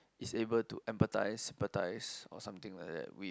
is able to empathize empathize or something like that we